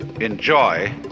enjoy